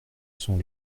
sont